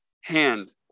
hand